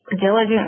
diligent